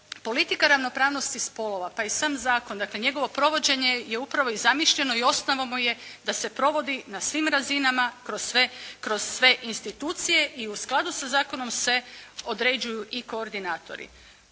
politika ravnopravnosti spolova, pa i sam zakon, dakle njegovo provođenje je upravo i zamišljeno i osnovano je da se provodi na svim razinama, kroz sve institucije i u skladu sa zakonom se određuju i koordinatori.